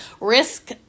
risk